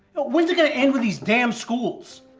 when's it gonna end with these damn schools?